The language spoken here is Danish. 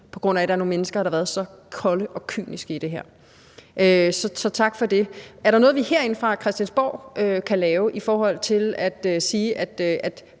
på grund af at der er nogle mennesker, der har været så kolde og kyniske i det her. Så tak for det. Er der noget, vi herinde fra Christiansborg kan gøre i forhold til at sige, at